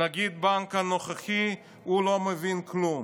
נגיד הבנק הנוכחי, הוא לא מבין כלום.